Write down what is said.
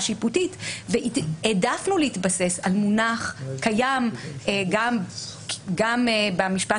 שיפוטית והעדפנו להתבסס על מונח קיים גם במשפט